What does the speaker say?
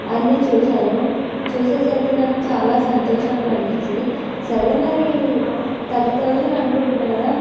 అన్నీ చూసాను చూసేసరికి నాకు చాలా సంతోషంగా అనిపించింది సరే మరి థర్టీ తౌజెండ్ అనుకుంటున్నా కదా